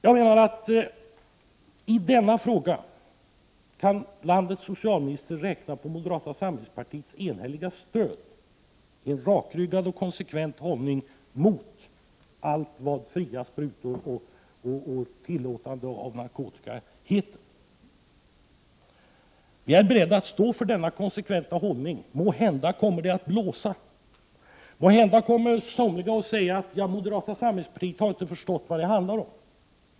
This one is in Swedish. Jag menar att landets socialminister i denna fråga kan räkna på moderata samlingspartiets enhälliga stöd i en rakryggad och konsekvent hållning mot allt vad fria sprutor och tillåtande av narkotika heter. Vi moderater är beredda att stå för denna konsekventa hållning. Måhända kommer det att blåsa. Måhända kommer somliga att säga att moderata samlingspartiet inte har förstått vad det handlar om.